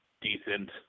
decent